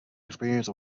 experience